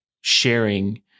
sharing